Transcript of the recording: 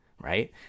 right